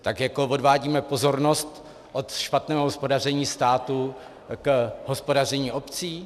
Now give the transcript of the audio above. Tak jako odvádíme pozornost od špatného hospodaření státu k hospodaření obcí?